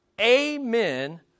amen